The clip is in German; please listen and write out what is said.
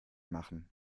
machen